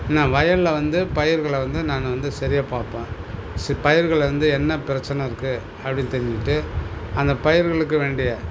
நான் வயலில் வந்து பயிர்களை வந்து நான் வந்து சரியாக பார்ப்பேன் சரி பயிர்களில் வந்து என்ன பிரச்சனை இருக்கு அப்படின்னு தெரிஞ்சிக்கிட்டு அந்த பயிர்களுக்கு வேண்டிய